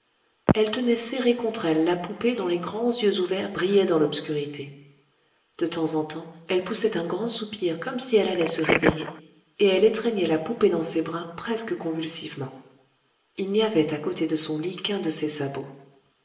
elle tenait serrée contre elle la poupée dont les grands yeux ouverts brillaient dans l'obscurité de temps en temps elle poussait un grand soupir comme si elle allait se réveiller et elle étreignait la poupée dans ses bras presque convulsivement il n'y avait à côté de son lit qu'un de ses sabots